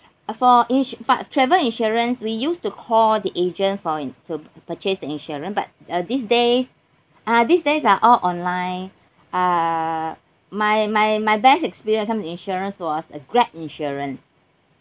uh for insu~ but travel insurance we used to call the agent for him to purchase the insurance but uh these days ah these days are all online uh my my my best experience come to insurance was uh grab insurance